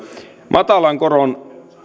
matalan koron